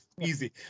easy